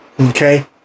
Okay